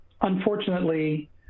unfortunately